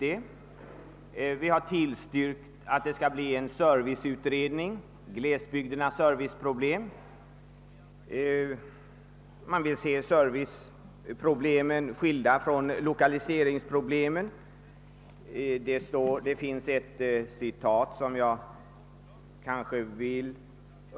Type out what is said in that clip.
Vi har tillstyrkt förslaget om en utredning angående glesbygdernas serviceproblem. Man vill se serviceproblemen skilda från lokaliseringsproblemen.